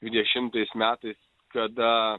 dvidešimtais metais kada